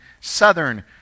southern